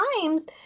times